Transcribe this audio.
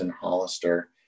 Hollister